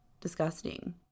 disgusting